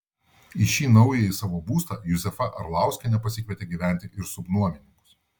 į šį naująjį savo būstą juzefa arlauskienė pasikvietė gyventi ir subnuomininkus